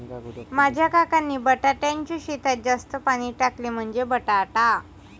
माझ्या काकांनी बटाट्याच्या शेतात जास्त पाणी टाकले, म्हणजे बटाटा